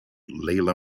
layla